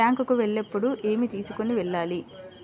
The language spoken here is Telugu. బ్యాంకు కు వెళ్ళేటప్పుడు ఏమి తీసుకొని వెళ్ళాలి?